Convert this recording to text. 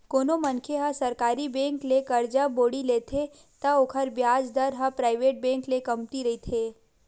कोनो मनखे ह सरकारी बेंक ले करजा बोड़ी लेथे त ओखर बियाज दर ह पराइवेट बेंक ले कमती रहिथे